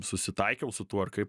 susitaikiau su tuo ar kaip